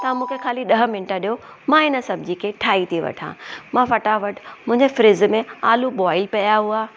तव्हां खाली मूंखे ॾह मिंट ॾियो मां इन सब्जी खे ठाहे थी वठा मां फटाफट मुंहिंजे फ्रिज़ में आलू बॉयल पिया हुआ